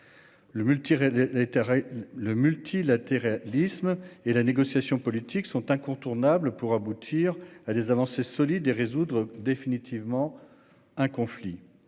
Le multilatéralisme et la négociation politique sont incontournables pour aboutir à des avancées solides et résoudre définitivement ce conflit.